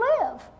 live